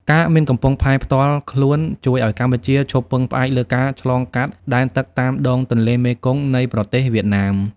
ការមានកំពង់ផែផ្ទាល់ខ្លួនជួយឱ្យកម្ពុជាឈប់ពឹងផ្អែកលើការឆ្លងកាត់ដែនទឹកតាមដងទន្លេមេគង្គនៃប្រទេសវៀតណាម។